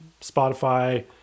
Spotify